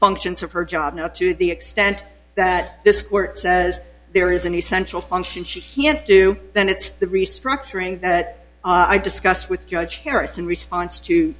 functions of her job not to the extent that this court says there is an essential function she can't do then it's the restructuring that i discussed with judge harris and response to